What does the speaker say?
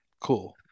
Cool